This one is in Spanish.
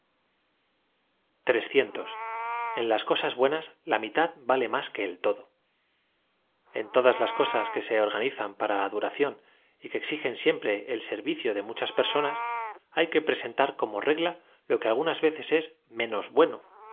n las cosas buenas la miiad vale más que el todo ed todas las cosas que ee organizac para la duradóq y que exigen siempre el servicio de muchas per sonas hay que presentar como regla lo que algunas vecee ee menos bueno